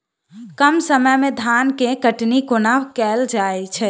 कम समय मे धान केँ कटनी कोना कैल जाय छै?